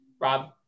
Rob